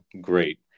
Great